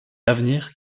avenir